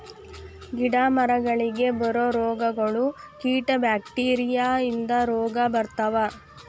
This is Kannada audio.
ಗಿಡಾ ಮರಗಳಿಗೆ ಬರು ರೋಗಗಳು, ಕೇಟಾ ಬ್ಯಾಕ್ಟೇರಿಯಾ ಇಂದ ರೋಗಾ ಬರ್ತಾವ